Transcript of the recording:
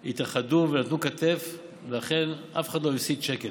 הם התאחדו ונתנו כתף, ולכן אף אחד לא הפסיד שקל.